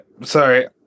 sorry